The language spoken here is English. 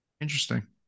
Interesting